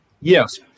Yes